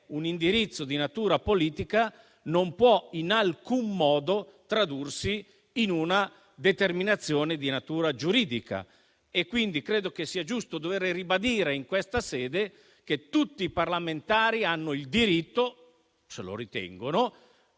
un indirizzo di natura politica non può in alcun modo tradursi in una determinazione di natura giuridica. Ritengo pertanto che sia giusto dovere ribadire in questa sede che tutti i parlamentari hanno il diritto - se lo ritengono